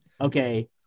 okay